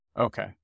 okay